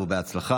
פה אחד.